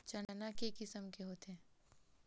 चना के किसम के होथे?